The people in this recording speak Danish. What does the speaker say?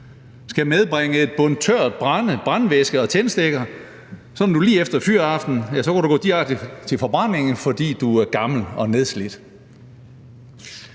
skal medbringe et bundt tørt brænde, tændvæske og tændstikker – sådan at du lige efter fyraften må gå direkte til forbrændingen, fordi du er gammel og nedslidt.